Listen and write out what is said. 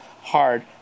hard